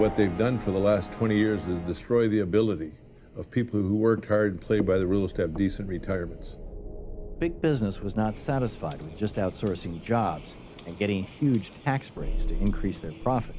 what they've done for the last twenty years is destroy the ability of people who work hard play by the rules to have decent retirements big business was not satisfied with just outsourcing jobs and getting huge tax breaks to increase their profit